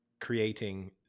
creating